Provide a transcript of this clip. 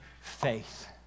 faith